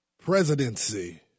presidency